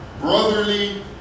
Brotherly